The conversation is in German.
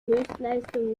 höchstleistung